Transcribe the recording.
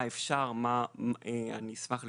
מה אפשר, אני אשמח לפרט.